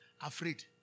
Afraid